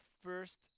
first